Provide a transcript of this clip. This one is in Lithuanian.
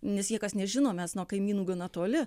nes niekas nežino mes nuo kaimynų gana toli